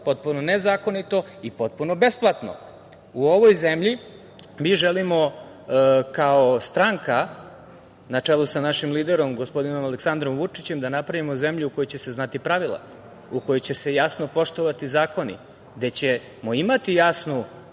potpuno nezakonito i potpuno besplatno.U ovoj zemlji mi želimo kao stranka, na čelu sa našim liderom, gospodinom Aleksandrom Vučićem, da napravimo zemlju u kojoj će se znati pravila, u kojoj će se jasno poštovati zakoni, gde ćemo imati jasnu